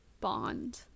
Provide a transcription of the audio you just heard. bond